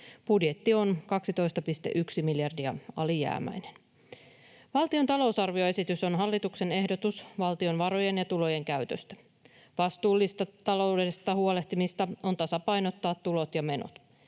Budjetti on 12,1 miljardia alijäämäinen. Valtion talousarvioesitys on hallituksen ehdotus valtion varojen ja tulojen käytöstä. Vastuullista taloudesta huolehtimista on tasapainottaa tulot ja menot.